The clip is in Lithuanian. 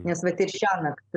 nes vat ir šiąnakt